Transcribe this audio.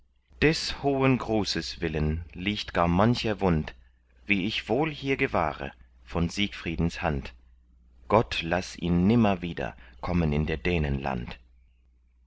des hohen grußes willen liegt gar mancher wund wie ich wohl hier gewahre von siegfriedens hand gott laß ihn nimmer wieder kommen in der dänen land